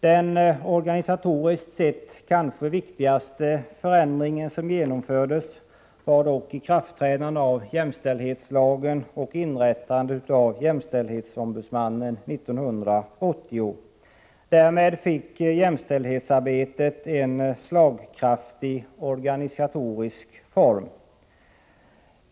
Den organisatoriskt sett kanske viktigaste förändring som genomförts var dock införandet av jämställdhetslagen och inrättandet av jämställdhetsombudsmannen 1980. Därmed fick jämställdhetsarbetet en slagkraftig organisatorisk form.